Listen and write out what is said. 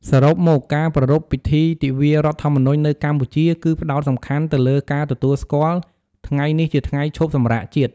សរុបមក ការប្រារព្ធពិធីទិវារដ្ឋធម្មនុញ្ញនៅកម្ពុជា គឺផ្តោតសំខាន់ទៅលើការទទួលស្គាល់ថ្ងៃនេះជាថ្ងៃឈប់សម្រាកជាតិ។